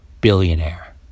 billionaire